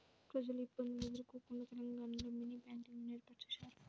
ప్రజలు ఇబ్బందులు ఎదుర్కోకుండా తెలంగాణలో మినీ బ్యాంకింగ్ లను ఏర్పాటు చేశారు